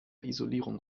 isolierung